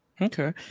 Okay